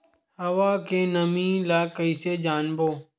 हवा के नमी ल कइसे जानबो?